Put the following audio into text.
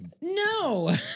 No